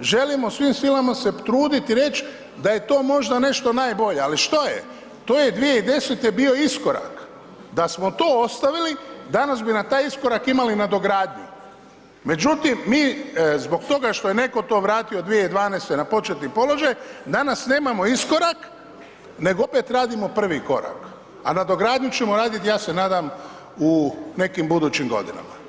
želimo svim silama se truditi reći da je to možda nešto najbolje, ali što je, to je 2010. bio iskorak, a smo to ostavili danas bi na taj iskorak imali nadogradnju, međutim mi zbog toga što je netko to vratio 2012. na početni položaj danas nemamo iskorak, nego opet radimo prvi korak, a nadogradnju ćemo raditi ja se nadam u nekim budućim godinama.